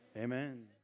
amen